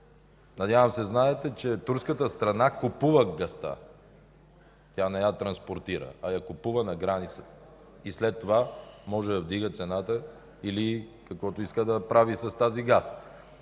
Надявам се знаете, че турската страна купува газта. Тя не я транспортира, а я купува на границата и след това може да вдига цената или каквото иска да прави с тази газ.